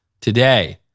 today